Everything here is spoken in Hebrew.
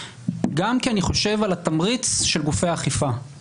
גם כי אני חושב על התמריץ של גופי האכיפה.